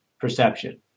perception